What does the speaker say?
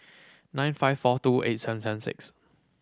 nine five four two eight seven seven six